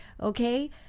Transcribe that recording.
okay